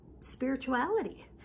spirituality